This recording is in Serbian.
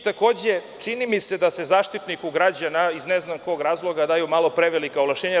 Takođe, čini mi se da se Zaštitniku građana iz ne znam kog razloga daju malo prevelika ovlašćenja.